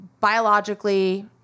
biologically